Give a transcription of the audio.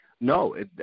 No